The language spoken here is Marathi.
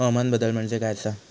हवामान बदल म्हणजे काय आसा?